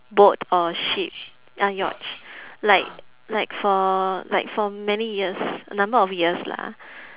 boat or ship ya yacht like like for like for many years a number of years lah